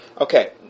Okay